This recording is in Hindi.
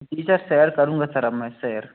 जी सर सैर करूँगा सर अब मैं सैर